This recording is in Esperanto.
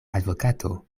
advokato